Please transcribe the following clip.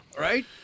right